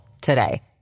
today